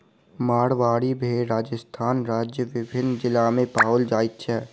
मारवाड़ी भेड़ राजस्थान राज्यक विभिन्न जिला मे पाओल जाइत अछि